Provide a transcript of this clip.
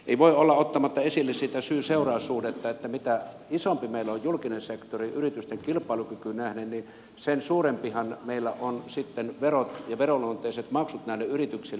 ei voi olla ottamatta esille sitä syy seuraussuhdetta että mitä isompi meillä on julkinen sektori yritysten kilpailukykyyn nähden sen suuremmathan meillä ovat sitten verot ja veronluonteiset maksut näille yrityksille